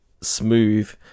smooth